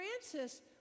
Francis